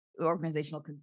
organizational